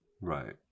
Right